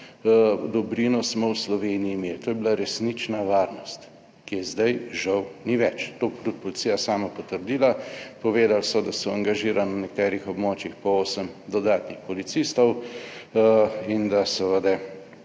dobrino smo v Sloveniji imeli. To je bila resnična varnost, ki je zdaj žal ni več. To je tudi policija sama potrdila. Povedali so, da so angažirali na nekaterih območjih po 8 dodatnih policistov, in da seveda,